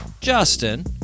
Justin